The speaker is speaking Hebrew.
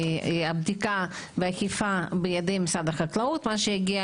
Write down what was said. הבדיקה והאכיפה בידי משרד החקלאות ומה שהגיע